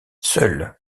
seul